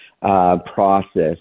process